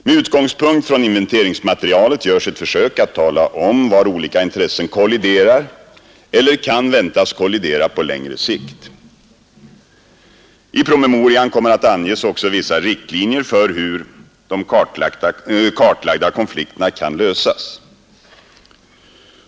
Med utgångspunkt från inventeringsmaterialet görs ett försök att tala om var olika intressen kolliderar eller kan väntas kollidera på längre sikt. I promemorian kommer att anges också vissa riktlinjer för hur de kartlagda konflikterna kan lösas.